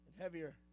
heavier